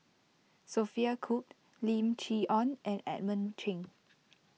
Sophia Cooke Lim Chee Onn and Edmund Cheng